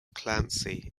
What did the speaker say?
clancy